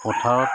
পথাৰত